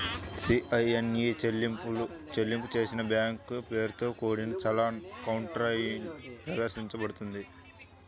CIN ఇ చెల్లింపు చేసిన బ్యాంక్ పేరుతో కూడిన చలాన్ కౌంటర్ఫాయిల్ ప్రదర్శించబడుతుంది